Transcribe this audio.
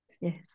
yes